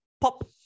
pop